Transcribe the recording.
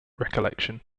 recollection